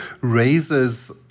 raises